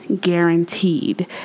guaranteed